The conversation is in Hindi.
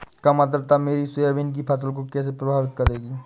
कम आर्द्रता मेरी सोयाबीन की फसल को कैसे प्रभावित करेगी?